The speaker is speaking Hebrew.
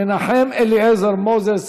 מנחם אליעזר מוזס,